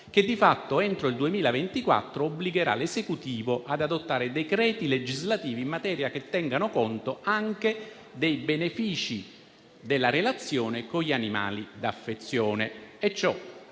che di fatto entro il 2024 obbligherà l'Esecutivo ad adottare decreti legislativi in materia, che tengano conto anche dei benefici della relazione con gli animali d'affezione.